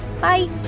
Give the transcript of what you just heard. bye